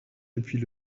depuis